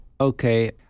Okay